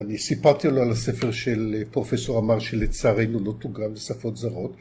אני סיפרתי לו על הספר של פרופסור אמר, שלצערינו לא תורגם לשפות זרות.